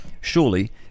Surely